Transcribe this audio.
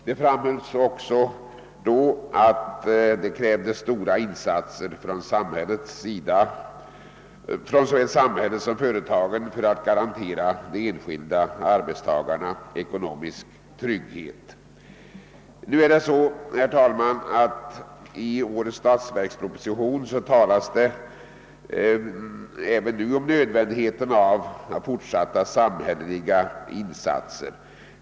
Det framhölls öckså vid det tillfället att det krävdes störa insatser från såväl samhället som företagen för att garantera de enskilda arbetstagarna ekonomisk trygghet. I årets statsverksproposition talas om nödvändigheten av fortsatta samhälleliga insatser.